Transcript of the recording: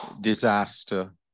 disaster